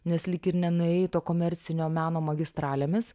nes lyg ir nenuėjai to komercinio meno magistralėmis